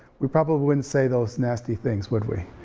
we probably wouldn't say those nasty things, would we?